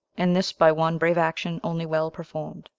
and this by one brave action only well performed,